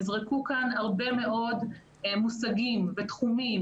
נזרקו כאן הרבה מאוד מושגים ותחומים